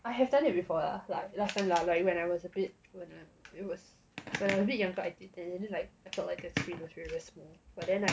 I have done it before lah like last time lah like when I was a bit when it I was a bit younger I did it I felt like the screen was very very small but then like